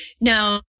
Now